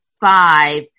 five